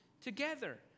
together